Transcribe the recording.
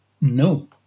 no